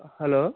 hello